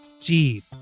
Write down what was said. deep